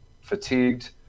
fatigued